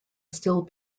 still